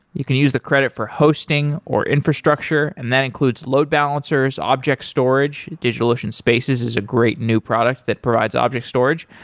you can use the credit for hosting, or infrastructure, and that includes load balancers, object storage. digitalocean spaces is a great new product that provides object storage,